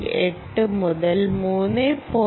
8 മുതൽ 3